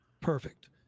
perfect